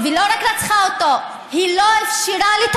היום זה ברור לכולנו,